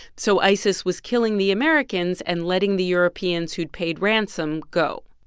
so isis was killing the americans and letting the europeans who'd paid ransom go.